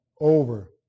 over